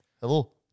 Hello